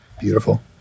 Beautiful